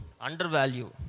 undervalue